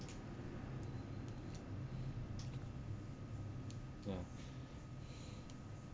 ya